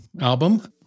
album